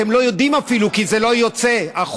אתם אפילו לא יודעים, כי זה לא יוצא החוצה.